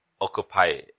occupy